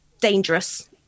dangerous